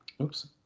Oops